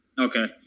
Okay